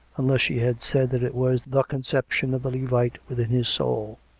unless she had said that it was the conception of the levite within his soul.